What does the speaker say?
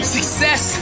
Success